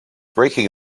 breaking